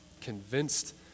convinced